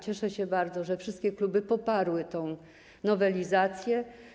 Cieszę się bardzo, że wszystkie kluby poparły tę nowelizację.